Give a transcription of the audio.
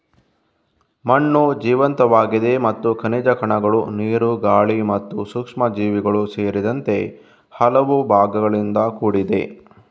ಮಣ್ಣು ಜೀವಂತವಾಗಿದೆ ಮತ್ತು ಖನಿಜ ಕಣಗಳು, ನೀರು, ಗಾಳಿ ಮತ್ತು ಸೂಕ್ಷ್ಮಜೀವಿಗಳು ಸೇರಿದಂತೆ ಹಲವು ಭಾಗಗಳಿಂದ ಕೂಡಿದೆ